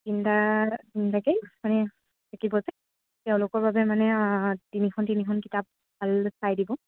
তিনিটা তিনিটাকেই মানে থাকিব যে তেওঁলোকৰ বাবে মানে তিনিখন তিনিখন কিতাপ ভাল চাই দিব